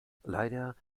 leider